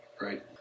Right